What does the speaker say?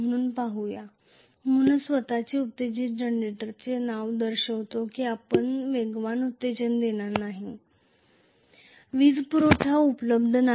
म्हणून self excited generator ज्याचे नावच हे दर्शविते कि त्याला वेगळे एक्साईटेशन अथवा पॉवर सप्लाय देण्याची गरज नाही